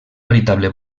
veritable